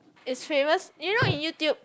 is famous you know in YouTube